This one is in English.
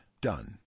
Done